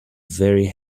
very